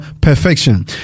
perfection